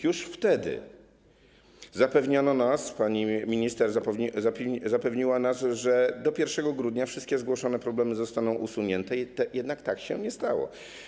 Już wtedy zapewniano nas, pani minister zapewniła nas, że do 1 grudnia wszystkie zgłoszone problemy zostaną usunięte, jednak tak się nie stało.